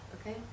okay